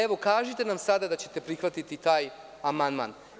Evo kažite nam sada da ćete prihvatiti taj amandman.